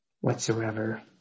whatsoever